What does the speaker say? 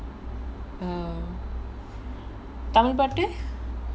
ah tamil பாட்டு:paattu